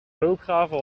loopgraven